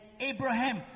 Abraham